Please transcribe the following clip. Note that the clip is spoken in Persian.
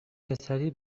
پسری